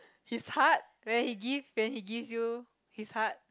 his heart when he gives when he gives you his heart